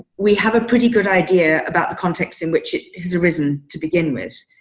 we have a pretty good idea about the context in which it has arisen to begin with.